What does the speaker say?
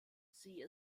sie